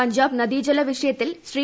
പഞ്ചാബ് നദീജല വിഷയത്തിൽ ശ്രീ